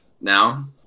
now